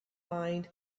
mind